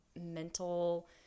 mental